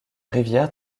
rivière